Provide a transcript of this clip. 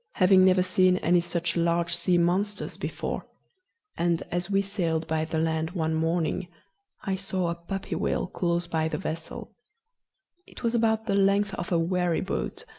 having never seen any such large sea monsters before and as we sailed by the land one morning i saw a puppy whale close by the vessel it was about the length of a wherry boat,